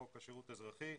בחוק השירות האזרחי,